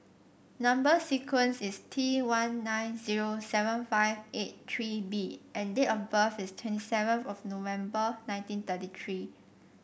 number sequence is T one nine zero seven five eight three B and date of birth is twenty seven of November nineteen thirty three